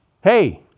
Hey